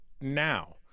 now